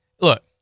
Look